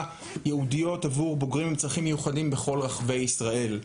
ייעודיות עבור בוגרים עם צרכים מיוחדים בכל רחבי ישראל.